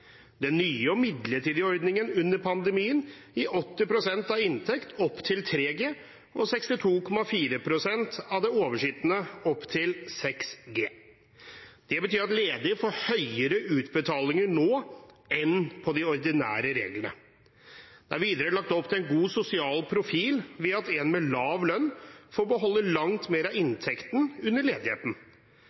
Den nye og midlertidige ordningen under pandemien gir 80 pst. av inntekt opp til 3G og 62,4 pst. av det overskytende opp til 6G. Det betyr at ledige får høyere utbetalinger nå enn på de ordinære reglene. Det er videre lagt opp til en god sosial profil ved at en med lav lønn får beholde langt mer av inntekten under ledigheten.